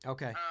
Okay